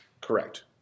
Correct